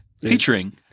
featuring